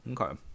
Okay